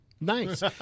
Nice